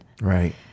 Right